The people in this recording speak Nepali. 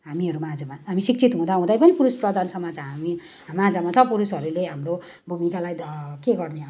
हामीहरू माझमा हामी शिक्षित हुँदाहुँदै पनि पुरुष प्रधान समाज हामी माझमा छ पुरुषहरूले हाम्रो भूमिकालाई के गर्ने अब